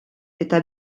eta